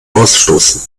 ausstoßen